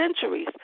centuries